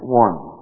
one